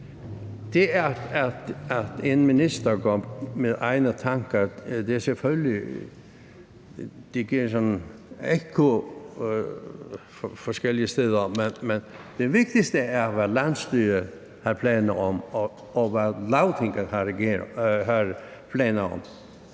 Det, at en minister går med egne tanker, giver selvfølgelig genlyd forskellige steder, men det vigtigste er, hvad landsstyret har planer om, og hvad Lagtinget har planer om,